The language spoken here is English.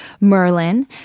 Merlin